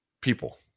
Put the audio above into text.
people